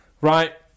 Right